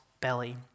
belly